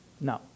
No